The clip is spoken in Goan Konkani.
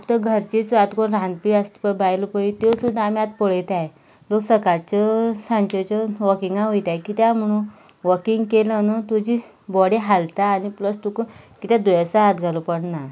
आतां घरचीच आतां कोण रांदपी आसतात पळय बायलो पळय त्यो सुद्दां आमी आतां पळयतात त्यो सकाळच्यो सांजेच्यो वोकिंगाक वयतात कित्याक म्हणून वॉकिंग केलें न्हय तुजी बॉडी हालता आनी प्लस तुका कितेंय दुयेंसाक हात घालूंक पडना